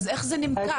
אז איך זה נמכר?